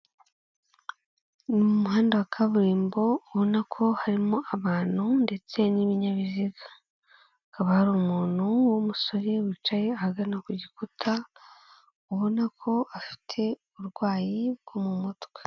Ni umuhanda wa kaburimbo ubona ko harimo abantu ndetse n'ibinyabiziga, akaba hari umuntu w'umusore wicaye ahagana ku gikuta ubona ko afite uburwayi bwo mu mutwe.